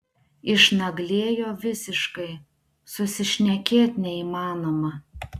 išnaglėjo visiškai susišnekėt neįmanoma